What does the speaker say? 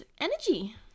energy